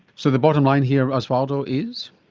so the bottom line here osvaldo is?